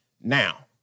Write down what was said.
Now